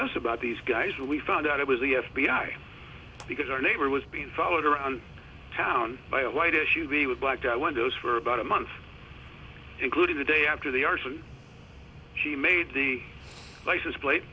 us about these guys when we found out it was the f b i because our neighbor was being followed around town by a white s u v with blacked out windows for about a month including the day after the arson she made the license plate